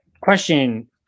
Question